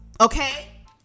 Okay